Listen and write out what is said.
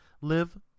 Live